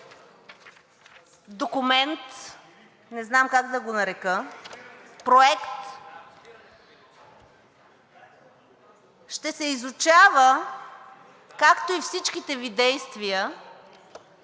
документ, не знам как да го нарека – проект, ще се изучава, както и всичките Ви действия,